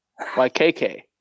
YKK